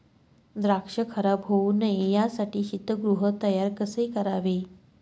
द्राक्ष खराब होऊ नये यासाठी शीतगृह तयार कसे करावे?